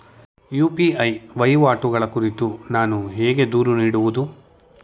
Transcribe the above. UPI ವಹಿವಾಟುಗಳ ಕುರಿತು ನಾನು ಹೇಗೆ ದೂರು ನೀಡುವುದು?